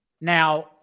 Now